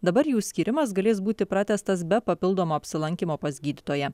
dabar jų skyrimas galės būti pratęstas be papildomo apsilankymo pas gydytoją